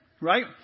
right